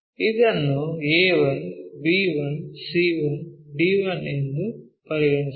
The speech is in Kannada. ಇದನ್ನು a1 b1 c1 d1 ಎಂದು ಪರಿಗಣಿಸೋಣ